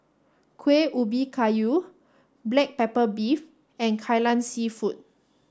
Kuih Ubi Kayu black pepper beef and Kai Lan Seafood